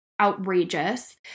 outrageous